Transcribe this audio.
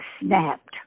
snapped